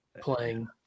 playing